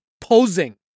posing